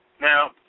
Now